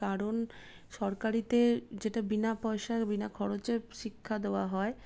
কারণ সরকারিতে যেটা বিনা পয়সায় বিনা খরচে শিক্ষা দেওয়া হয়